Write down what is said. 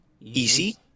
easy